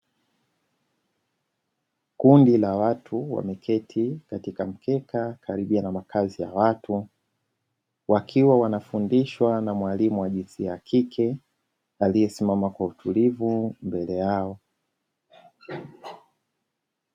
Kundi la watu wameketi katika mkeka karibia na makazi ya watu, wakiwa wanafundishwa na mwalimu wa jinsia ya kike, aliyesimama kwa utulivu mbele yao.